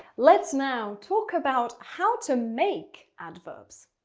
let's now talk about how to make adverbs.